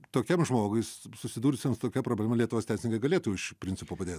tokiam žmogui s susidūrusiam su tokia problema lietuvos teisininkai galėtų iš principo padėt